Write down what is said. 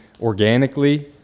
organically